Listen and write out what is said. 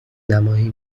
نمایی